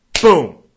boom